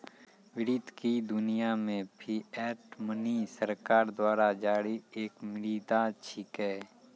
वित्त की दुनिया मे फिएट मनी सरकार द्वारा जारी एक मुद्रा छिकै